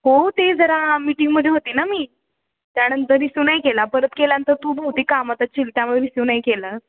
हो ते जरा मिटींगमध्ये होती ना मी त्यानंतर रिस्यू नाही केला परत केल्यानंतर तू बहुतेक कामात असशील त्यामुळे रिस्यू नाही केलास